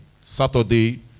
Saturday